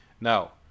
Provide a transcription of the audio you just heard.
Now